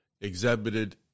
exhibited